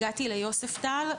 הגעתי ליוספטל,